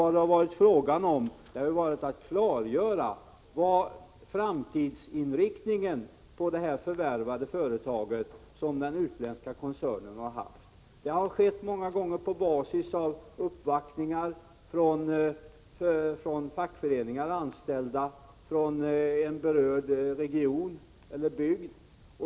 Det har varit fråga om att klargöra vilken framtidsinriktning för det förvärvade företaget som den utländska koncernen har haft. Det har många gånger skett på basis av uppvaktningar från fackföreningar, anställda och från en berörd region eller bygd.